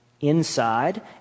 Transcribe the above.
inside